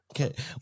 Okay